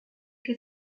que